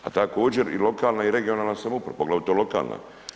A također i lokalna i regionalna samouprava, poglavito lokalna.